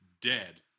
dead